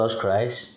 Christ